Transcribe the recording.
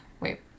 wait